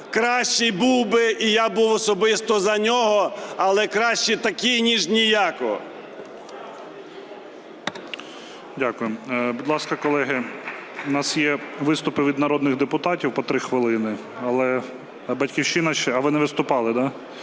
кращий був би, і я був особисто за нього. Але краще такий, ніж ніякого.